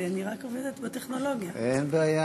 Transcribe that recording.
בבקשה.